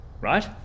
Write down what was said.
right